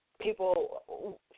people